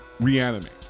reanimate